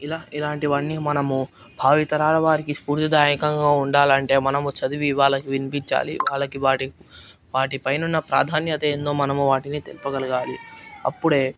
ఇలా ఇలాంటివన్నీ మనము భావితరాల వారికి స్ఫూర్తిదాయకంగా ఉండాలంటే మనము చదివి వాళ్ళకి వినిపించాలి వాళ్ళకి వాటి వాటిపైనున్న ప్రాధాన్యత ఏందో మనము వాటిని తెల్పగలగాలి అప్పుడే